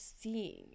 seeing